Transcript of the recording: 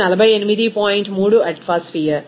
3 atmosphere